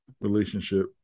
relationship